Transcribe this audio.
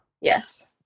yes